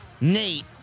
Nate